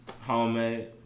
Homemade